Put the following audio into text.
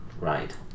right